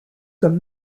comme